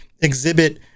exhibit